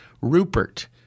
Rupert